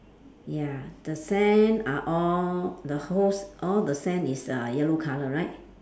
ya the sand are all the whole all the sand is uh yellow colour right